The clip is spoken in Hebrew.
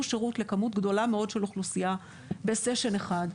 שירות לכמות גדולה מאוד של אוכלוסייה בסשן אחד,